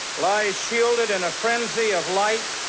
lies shielded in a frenzy of light,